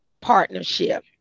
partnership